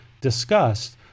discussed